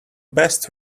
best